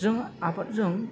जों आबादजों